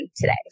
today